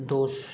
dose